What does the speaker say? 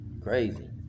crazy